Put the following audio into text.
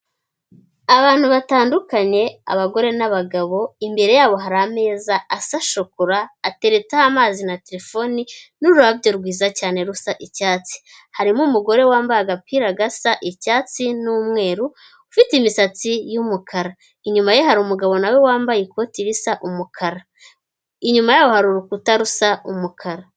Abantu batandukanye abagore n'abagabo, imbere yabo hari ameza asa shokora, ateretseho amazi na telefoni n'ururabyo rwiza cyane rusa icyatsi. Harimo umugore wambaye agapira gasa icyatsi n'umweru, ufite imisatsi y'umukara. Inyuma ye hari umugabo na we wambaye ikoti risa umukara. Inyuma yaho hari urukuta rusa umukara.